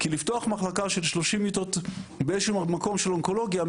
כי לפתוח מחלקה של 30 מיטות באיזשהו מקום של אונקולוגיה,